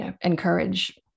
encourage